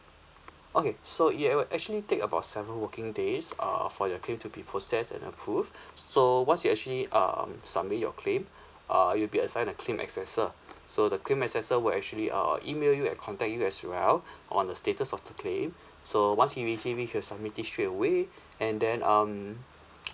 okay so it will actually take about seven working days err for your claim to be processed and approved so once you actually um submit your claim err you'll be assigned a claim assessor so the claim assessor will actually uh email you and contact you as well on the status of the claim so once he receive it he'll submit this straight away and then um